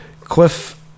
Cliff